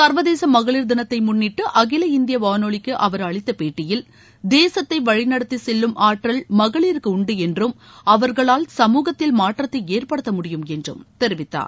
சர்வதேச மகளிர் தினத்தை முன்னிட்டு அகில இந்திய வானொலிக்கு அவர் அளித்த பேட்டியில் தேசத்தை வழிநடத்தி செல்லும் ஆற்றல் மகளிருக்கு உண்டு என்றும் அவர்களால் சமூகத்தில் மாற்றத்தை ஏற்படுத்த முடியும் என்றும் தெரிவித்தார்